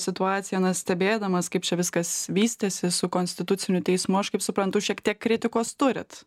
situaciją na stebėdamas kaip čia viskas vystėsi su konstituciniu teismu aš kaip suprantu šiek tiek kritikos turit